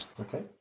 Okay